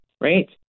right